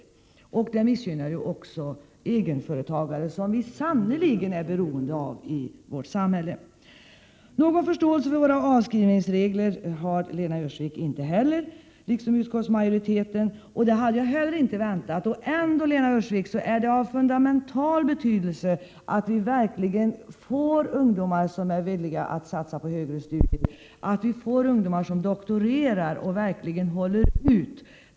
Det föreslagna inkomstbegreppet missgynnar också egenföretagare, som vi sannerligen är beroende av i vårt samhälle. Någon förståelse för våra förslag när det gäller avskrivningsreglerna har Lena Öhrsvik och utskottsmajoriteten inte heller. Det hade jag inte heller väntat. Och ändå, Lena Öhrsvik, är det av fundamental betydelse att ungdomar verkligen blir villiga att satsa på högre studier och att doktorera och verkligen håller ut.